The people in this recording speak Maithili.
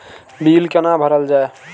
बील कैना भरल जाय?